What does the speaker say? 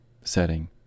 setting